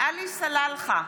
עלי סלאלחה,